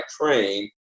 train